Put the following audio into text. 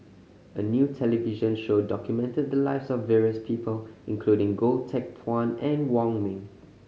a new television show documented the lives of various people including Goh Teck Phuan and Wong Ming